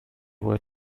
were